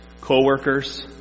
co-workers